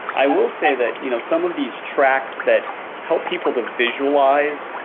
i will say that you know some of these tracks that help people to visualize